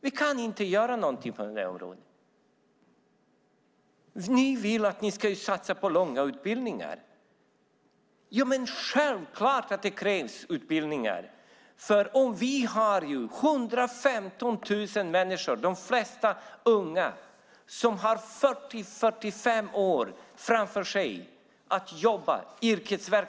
Vi kan inte göra någonting på det här området. Ni vill satsa på långa utbildningar. Självklart krävs det utbildningar. Men vi har 115 000 människor, de flesta unga, som har 40-45 yrkesverksamma år framför sig.